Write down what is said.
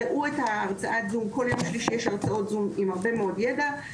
ראו את הרצאת הזום כול יום שלישי יש הרצאות זום עם הרבה מאוד ידע,